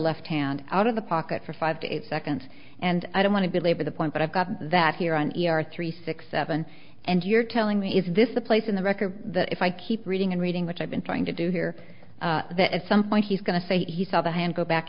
left hand out of the pocket for five to eight seconds and i don't want to belabor the point but i've got that here on e r three six seven and you're telling me is this the place in the record that if i keep reading and reading which i've been trying to do here that at some point he's going to say he saw the hand go back